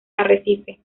arrecife